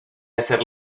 hacer